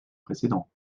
précédent